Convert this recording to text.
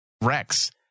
Rex